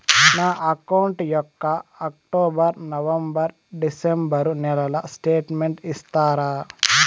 నా అకౌంట్ యొక్క October, November, December నెలల స్టేట్మెంట్ ఇస్తారా?